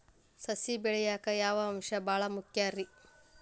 ಸಸಿ ಬೆಳೆಯಾಕ್ ಯಾವ ಅಂಶ ಭಾಳ ಮುಖ್ಯ ರೇ?